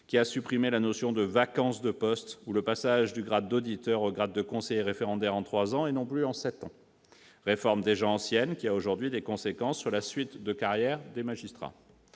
qui a supprimé la notion de « vacances » de postes ou le passage du grade d'auditeur au grade de conseiller référendaire en trois ans et non plus en sept ans, réforme déjà ancienne qui a aujourd'hui des conséquences sur la suite de la carrière des magistrats.